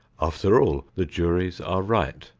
after all, the juries are right.